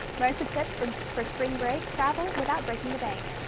learn some tips for for spring break travel without breaking the bank.